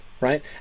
right